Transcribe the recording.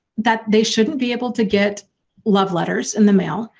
that they shouldn't be able to get love letters in the mail,